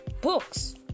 Books